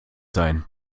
sein